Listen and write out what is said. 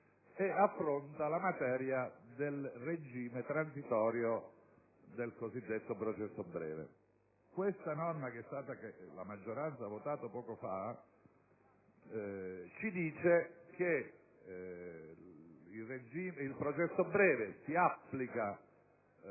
e affronta la materia del regime transitorio del cosiddetto processo breve. Questa norma che la maggioranza ha votato poco fa ci dice che le norme sul processo breve si applicano,